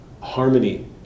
harmony